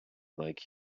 like